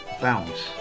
bounce